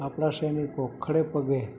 આપણા સૈનિકો ખડેપગે